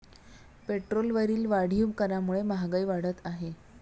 पेट्रोलवरील वाढीव करामुळे महागाई वाढत आहे